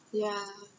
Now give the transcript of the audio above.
ya